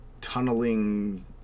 tunneling